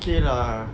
okay lah